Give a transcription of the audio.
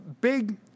big